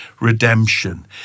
redemption